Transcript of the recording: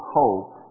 hope